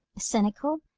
cynical?